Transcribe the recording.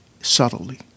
Subtly